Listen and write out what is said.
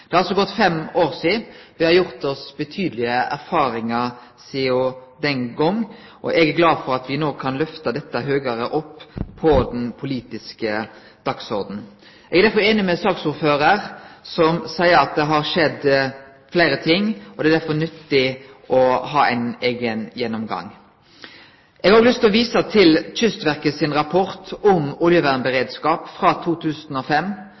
Det har altså gått fem år. Me har gjort oss monalege erfaringar sidan den gongen, og eg er glad for at me no kan lyfte dette høgare opp på den politiske dagsordenen. Eg er derfor einig med saksordføraren, som seier at det har skjedd fleire ting, og at det derfor er nyttig å ha ein eigen gjennomgang. Eg har lyst til å vise til Kystverket sin rapport om oljevernberedskap frå 2005,